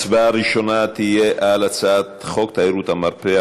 ההצבעה הראשונה תהיה על הצעת חוק תיירות המרפא,